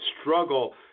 struggle